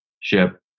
ship